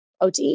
OTE